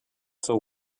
zur